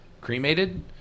cremated